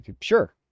Sure